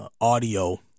audio